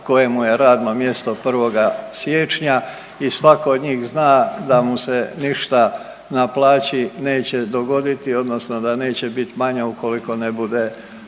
koje mu je radno mjesto 1. siječnja i svako od njih zna da mu se ništa na plaći neće dogoditi odnosno da neće biti manja ukoliko ne bude